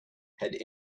had